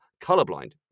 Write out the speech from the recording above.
colorblind